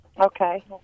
Okay